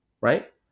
right